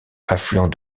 affluent